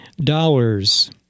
dollars